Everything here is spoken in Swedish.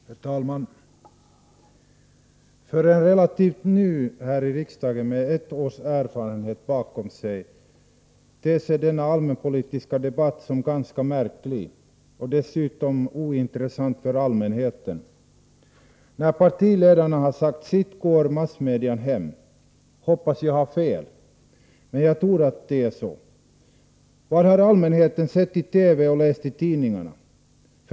Herr talman! För en relativt ny här i riksdagen med ett års erfarenhet bakom sig ter sig denna allmänpolitiska debatt som ganska märklig och dessutom ointressant för allmänheten. När partiledarna har sagt sitt går representanterna i massmedia hem. Jag hoppas att jag har fel, men jag tror att det är så. Vad har allmänheten sett i TV och läst i tidningarna?